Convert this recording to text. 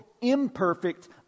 imperfect